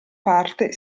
parte